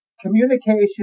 communication